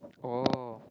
oh